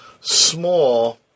small